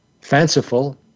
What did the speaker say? fanciful